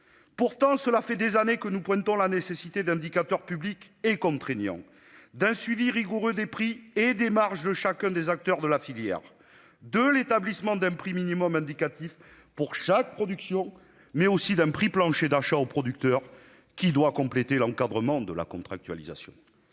Pourtant, cela fait des années que nous mettons en lumière la nécessité d'indicateurs publics et contraignants, d'un suivi rigoureux des prix et des marges de chacun des acteurs de la filière, de l'établissement d'un prix minimum indicatif pour chaque production, mais aussi d'un prix plancher d'achat aux producteurs, qui doit compléter l'encadrement de la contractualisation.